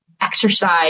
exercise